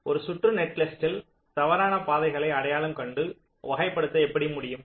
ஒரு சுற்று நெட்லிஸ்டில் தவறான பாதைகளை அடையாளம் கண்டு வகைப்படுத்த எப்படி முடியும்